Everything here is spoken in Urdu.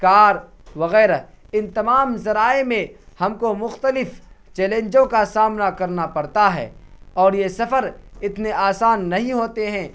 کار وغیرہ ان تمام ذرائع میں ہم کو مختلف چیلنجوں کا سامنا کرنا پڑتا ہے اور یہ سفر اتنے آسان نہیں ہوتے ہیں